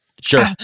Sure